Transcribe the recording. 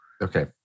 Okay